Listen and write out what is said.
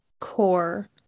core